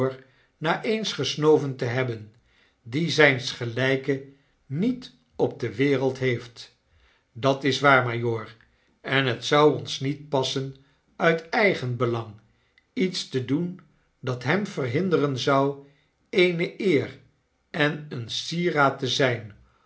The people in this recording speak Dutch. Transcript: na eens gesnoven te hebben die zyns gelyke niet op de wereld heeft dat is waar majoor en het zou ons niet passen uit eigenbelang iets te doen dat hem verhinderen zou eene eer en een sieraad te zyn